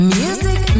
music